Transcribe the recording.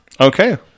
Okay